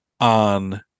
on